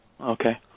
Okay